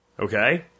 Okay